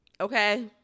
Okay